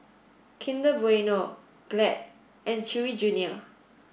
Kinder Bueno Glad and Chewy Junior